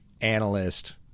analyst